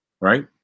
right